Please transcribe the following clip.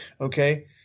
Okay